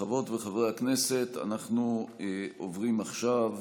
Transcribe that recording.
חברות וחברי הכנסת, אנחנו עוברים עכשיו